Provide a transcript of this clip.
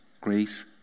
grace